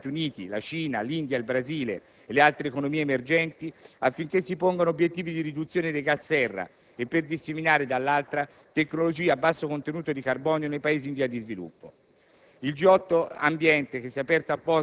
un patto ambientale per il dopo Kyoto con gli Stati Uniti, la Cina, l'India, il Brasile e le altre economie emergenti, affinché si pongano obiettivi di riduzione dei gas serra, e per disseminare, dall'altra, tecnologie a basso contenuto di carbonio nei Paesi in via di sviluppo.